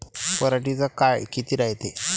पराटीचा काळ किती रायते?